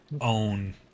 own